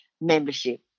membership